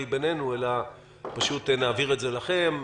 בינינו אלא פשוט נעביר את זה לכם,